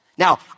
Now